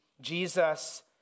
Jesus